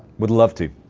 would love to.